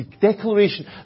declaration